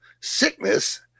sickness